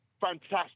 fantastic